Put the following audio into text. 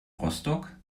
rostock